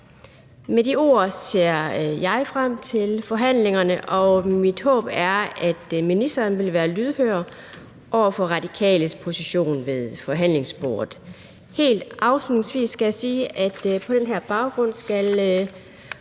Med de ord ser jeg frem til forhandlingerne, og mit håb er, at ministeren vil være lydhør over for Radikales position ved forhandlingsbordet. Helt afslutningsvis skal jeg sige, at på den her baggrund vil